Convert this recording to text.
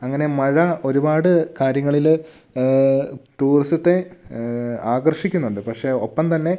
അങ്ങനെ മഴ ഒരുപാട് കാര്യങ്ങളിൽ ടൂറിസത്തെ ആകർഷിക്കുന്നുണ്ട് പക്ഷെ ഒപ്പം തന്നെ